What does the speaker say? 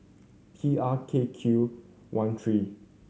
T R K Q one three